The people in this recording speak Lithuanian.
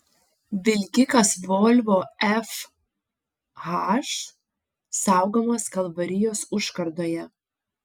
vilkikas volvo fh saugomas kalvarijos užkardoje